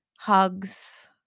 hugs